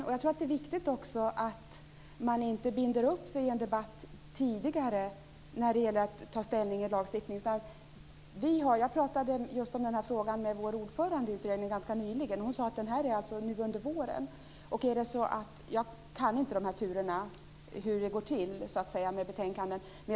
Jag tror att det är viktigt att man inte binder upp sig tidigt i en debatt när det gäller att ta ställning till lagstiftning. Jag talade just om den här frågan med ordföranden i utredningen ganska nyligen. Hon sade att frågan är aktuell nu under våren. Jag kan inte alla turerna om hur det går till med betänkanden.